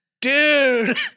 Dude